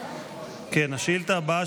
השאילתה הבאה,